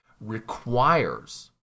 requires